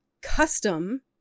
custom